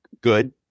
good